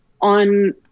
on